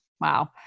Wow